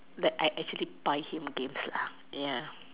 that I actually buy him games lah ya